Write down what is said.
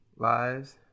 Lives